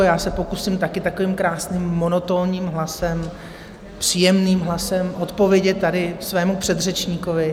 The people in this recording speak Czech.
Já se pokusím taky takovým krásným monotónním hlasem, příjemným hlasem odpovědět tady svému předřečníkovi.